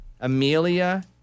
Amelia